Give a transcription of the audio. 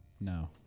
No